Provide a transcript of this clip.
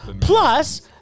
Plus